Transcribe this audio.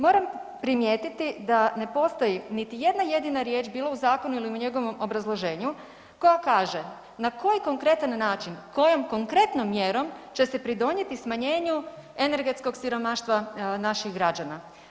Moram primijetiti da ne postoji niti jedna jedina riječ, bilo u zakonu ili u njegovom obrazloženju koja kaže, na koji konkretan način, kojom konkretnom mjerom će se pridonijeti smanjenju energetskom siromaštva naših građana?